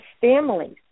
families